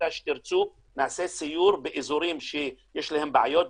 מתי שתרצו נעשה סיור באזורים שיש להם בעיות,